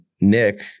Nick